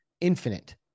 infinite